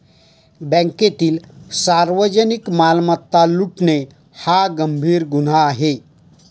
बँकेतील सार्वजनिक मालमत्ता लुटणे हा गंभीर गुन्हा आहे